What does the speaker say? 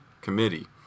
committee